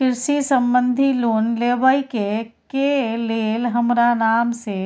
कृषि संबंधी लोन लेबै के के लेल हमरा नाम से